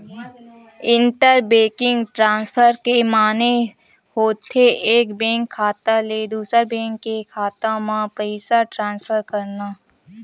inter banking transfer के माने होथे एक बेंक खाता ले दूसर बेंक के खाता म पइसा ट्रांसफर करना